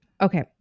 Okay